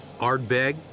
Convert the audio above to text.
Ardbeg